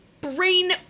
brain